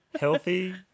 Healthy